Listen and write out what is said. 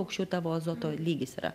aukščiau tavo azoto lygis yra